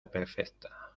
perfecta